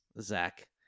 Zach